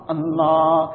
Allah